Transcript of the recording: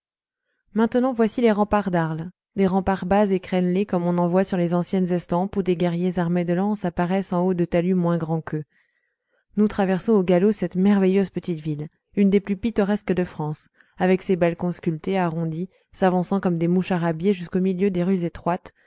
maintenant voici les remparts d'arles des remparts bas et crénelés comme on en voit sur les anciennes estampes où des guerriers armés de lances apparaissent en haut de talus moins grands qu'eux nous traversons au galop cette merveilleuse petite ville une des plus pittoresques de france avec ses balcons sculptés arrondis s'avançant comme des moucharabiés jusqu'au milieu des rues étroites